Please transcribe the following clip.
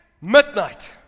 midnight